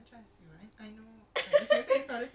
serious